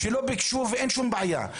שלא ביקשו ואין שום בעיה.